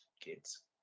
kids